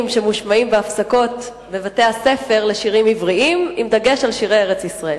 שמושמעים בהפסקות בבתי-הספר לשירים עבריים עם דגש על שירי ארץ-ישראל.